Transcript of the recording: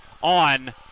on